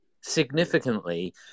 significantly